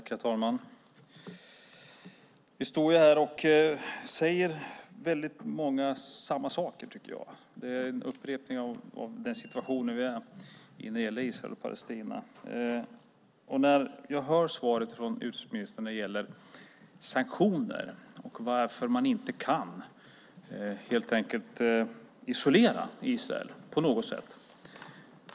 Herr talman! Vi står här och säger samma saker, tycker jag. Det är upprepningar gällande situationen i Israel och Palestina. Jag hör svaret från utrikesministern när det gäller sanktioner och varför man inte helt enkelt kan isolera Israel på något sätt.